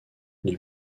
les